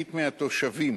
מעשירית מהתושבים